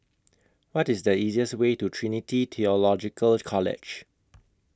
What IS The easiest Way to Trinity Theological College